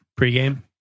Pregame